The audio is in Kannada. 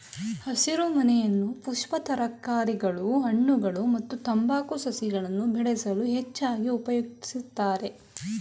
ಹಸಿರುಮನೆಯನ್ನು ಪುಷ್ಪ ತರಕಾರಿಗಳ ಹಣ್ಣುಗಳು ಮತ್ತು ತಂಬಾಕು ಸಸಿಗಳನ್ನು ಬೆಳೆಸಲು ಹೆಚ್ಚಾಗಿ ಉಪಯೋಗಿಸ್ತರೆ